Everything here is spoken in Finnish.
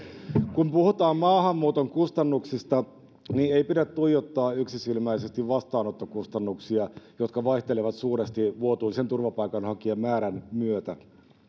kun puhutaan maahanmuuton kustannuksista niin ei pidä tuijottaa yksisilmäisesti vastaanottokustannuksia jotka vaihtelevat suuresti vuotuisen turvapaikanhakijamäärän myötä